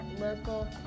Local